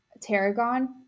Tarragon